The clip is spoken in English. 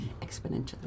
exponentially